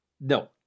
no